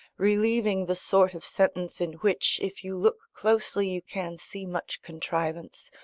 relieving the sort of sentence in which, if you look closely, you can see much contrivance,